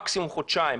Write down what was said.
מקסימום חודשיים,